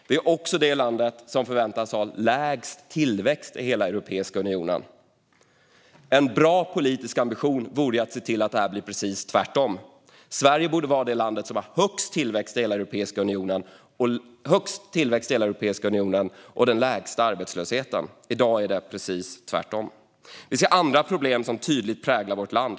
Vi är också det land som förväntas få lägst tillväxt i hela Europeiska unionen. En bra politisk ambition vore att se till att det blir precis tvärtom. Sverige borde vara det land som har högst tillväxt i hela Europeiska unionen och den lägsta arbetslösheten. I dag är det precis tvärtom. Vi ser andra problem som tydligt präglar vårt land.